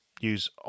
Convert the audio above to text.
use